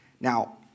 Now